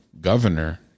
governor